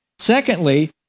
Secondly